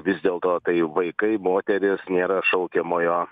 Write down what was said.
vis dėl to tai vaikai moterys nėra šaukiamojo